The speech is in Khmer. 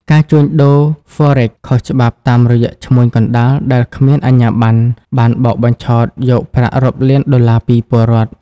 ការជួញដូរហ្វរិក (Forex) ខុសច្បាប់តាមរយៈឈ្មួញកណ្តាលដែលគ្មានអាជ្ញាប័ណ្ណ បានបោកបញ្ឆោតយកប្រាក់រាប់លានដុល្លារពីពលរដ្ឋ។